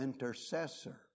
intercessor